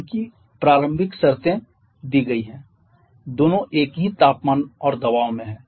उनकी प्रारंभिक शर्तें दी गई हैं दोनों एक ही तापमान और दबाव में हैं